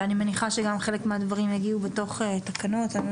ואני מניחה שגם חלק מהדברים יגיעו בתוך התקנות ואני